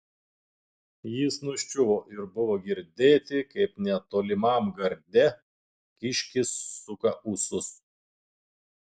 jis nuščiuvo ir buvo girdėti kaip netolimam garde kiškis suka ūsus